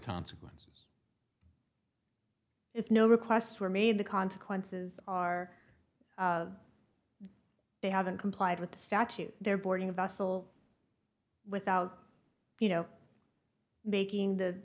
consequences if no requests were made the consequences are they haven't complied with the statute they're boarding a vessel without you know making the